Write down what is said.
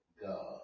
God